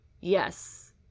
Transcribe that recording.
yes